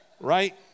Right